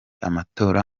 amatora